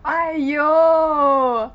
!aiyo!